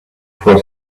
for